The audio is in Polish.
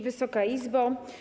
Wysoka Izbo!